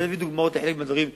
אביא דוגמאות לחלק מהדברים שנאמרו.